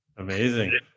Amazing